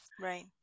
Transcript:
Right